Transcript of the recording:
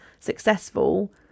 successful